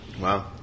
Wow